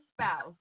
spouse